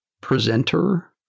presenter